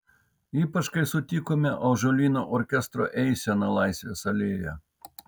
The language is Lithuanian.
ypač kai sutikome ąžuolyno orkestro eiseną laisvės alėja